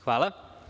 Hvala.